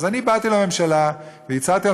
אז אני באתי לממשלה והצעתי בעד הממשלה והצעתי